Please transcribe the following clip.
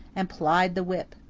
and plied the whip.